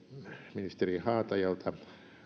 ministeri haataiselta no